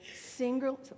single